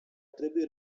trebuie